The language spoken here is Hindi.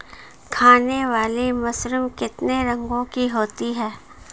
खाने वाली मशरूम कितने रंगों की होती है?